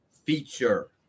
feature